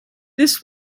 this